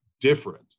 different